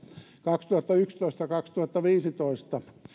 kaksituhattayksitoista viiva kaksituhattaviisitoista